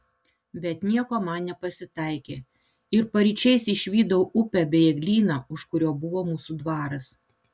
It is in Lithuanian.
bet nieko man nepasitaikė ir paryčiais išvydau upę bei eglyną už kurio buvo mūsų dvaras